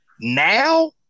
Now